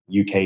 UK